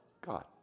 God